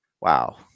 Wow